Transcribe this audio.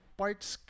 parts